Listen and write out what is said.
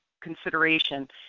consideration